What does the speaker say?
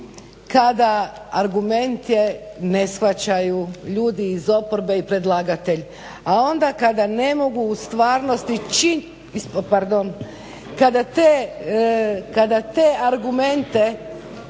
kada argumente ne shvaćaju ljudi iz oporbe i predlagatelj. A onda kada ne mogu u stvarnosti, pardon, kada te argumente